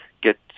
get